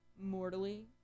Mortally